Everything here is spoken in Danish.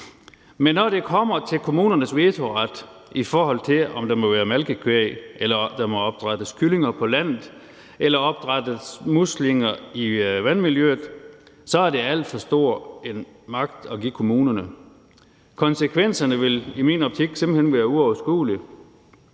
Men når det kommer til kommunernes vetoret, i forhold til om der må være malkekvæg, eller om der må opdrættes kyllinger på landet eller opdrættes muslinger i vandmiljøet, så er det alt for stor en magt at give kommunerne. Konsekvenserne ville i min optik simpelt hen være uoverskuelige.